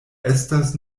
estas